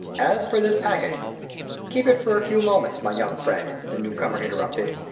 as for this packet keep it for a few moments, my young friend, the newcomer interrupted,